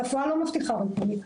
הרפואה לא מבטיחה להם ריפוי.